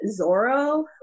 Zorro